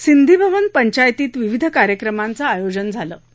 सिंधीभवन पंचायतीत विविध कार्यक्रमांच आयोजन केलं होतं